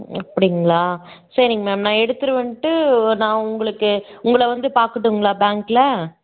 அப்படிங்களா சரிங்க மேம் நான் எடுத்துகிட்டு வந்துட்டு நான் உங்களுக்கு உங்களை வந்து பார்க்கட்டுங்களா பேங்க்கில்